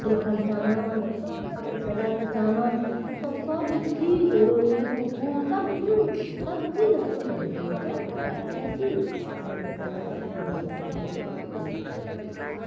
श्रीखण्ड चानन तहनसँ रक्त चानन हमसभ सबचीज रोली कुकू सब चूज सबचीज हमसभ ओहि दोकानसँ उठाकऽ आनै छी आओर भगवती लगमे अपना देवता पितर लगमे पूजापाठ करै छी